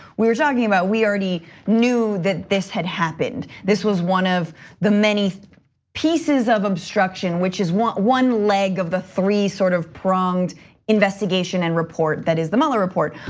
we we're talking about we already knew that this had happened. this was one of the many pieces of obstruction which is one leg of the three sort of pronged investigation and report that is the mueller report,